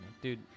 Dude